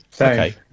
Okay